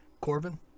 Corbin